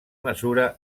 mesura